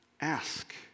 Ask